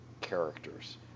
characters